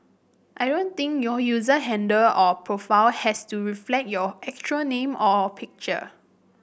I don't think your user handle or profile has to reflect your actual name or picture